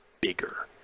bigger